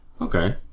Okay